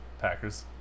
Packers